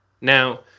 Now